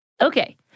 Okay